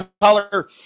color